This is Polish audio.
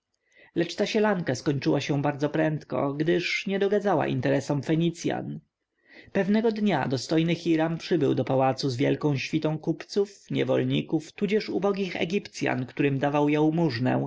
lecz ta sielanka skończyła się bardzo prędko gdyż nie dogadzała interesom fenicjan pewnego dnia dostojny hiram przybył do pałacu z wielką świtą kupców niewolników tudzież ubogich egipcjan którym dawał jałmużnę